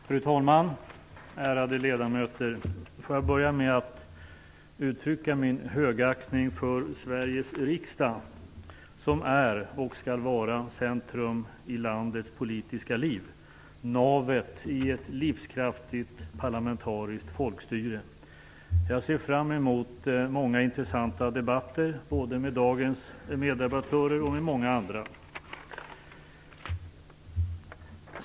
Fru talman! Ärade ledamöter! Jag vill börja med att uttrycka min högaktning för Sveriges riksdag, som är och skall vara centrum i landets politiska liv, navet i ett livskraftigt parlamentariskt folkstyre. Jag ser fram emot många intressanta debatter både med dagens meddebattörer och med många andra.